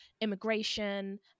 immigration